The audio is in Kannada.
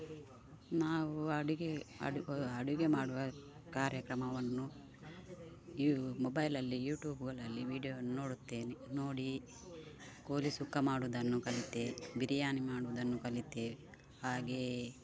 ನಾವು ಅಡುಗೆ ಅಡು ಅಡುಗೆ ಮಾಡುವ ಕಾರ್ಯಕ್ರಮವನ್ನು ಯೂ ಮೊಬೈಲ್ ಅಲ್ಲಿ ಯೂಟ್ಯೂಬ್ಗಳಲ್ಲಿ ವೀಡಿಯೋವನ್ನ ನೋಡುತ್ತೇನೆ ನೋಡಿ ಕೋಳಿ ಸುಕ್ಕ ಮಾಡುವುದನ್ನು ಕಲಿತೆ ಬಿರಿಯಾನಿ ಮಾಡುವುದನ್ನು ಕಲಿತೆ ಹಾಗೆ